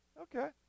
okay